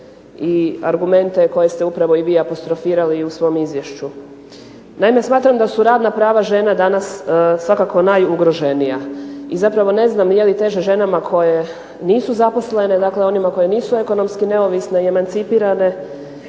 i argumente koje ste upravo i vi apostrofirali i u svom izvješću. Naime, smatram da su radna prava žena danas svakako najugroženija i zapravo ne znam je li teže ženama koje nisu zaposlene, dakle onima koji nisu ekonomski neovisne i emancipirane,